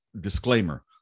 disclaimer